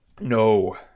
No